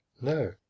No